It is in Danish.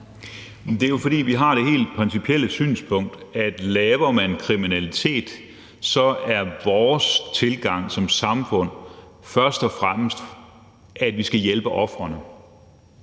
Det er jo, fordi vi har det helt principielle synspunkt, at laver man kriminalitet, så er vores tilgang som samfund først og fremmest, at vi skal hjælpe ofrene.